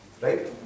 Right